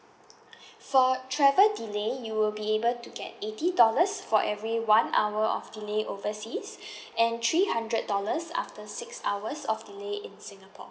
for travel delay you will be able to get eighty dollars for every one hour of delay overseas and three hundred dollars after six hours of delay in singapore